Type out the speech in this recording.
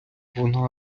вона